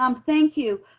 um thank you.